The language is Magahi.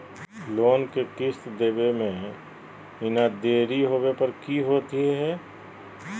लोन के किस्त देवे महिना देरी होवे पर की होतही हे?